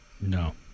No